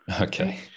Okay